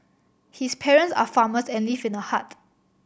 his parents are farmers and live in a hut